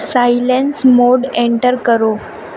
silence mode enter کرو